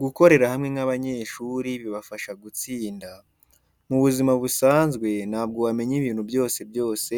Gukorera hamwe nk'abanyeshuri bibafasha gutsinda. Mu buzima busanzwe ntabwo wamenya ibintu byose byose,